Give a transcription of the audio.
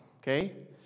okay